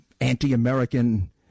anti-American